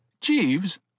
Jeeves